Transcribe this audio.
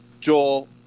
Joel